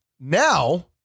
Now